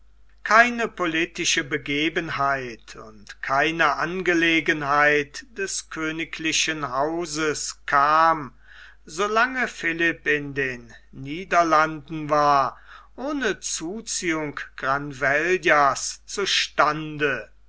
keine politische begebenheit und keine angelegenheit des königlichen hauses kam so lange philipp in den niederlanden war ohne zuziehung granvellas zu stande